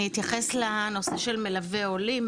אני אתייחס לנושא של מלווי עולים.